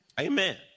Amen